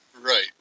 Right